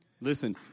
Listen